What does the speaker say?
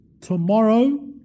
Tomorrow